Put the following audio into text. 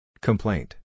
Complaint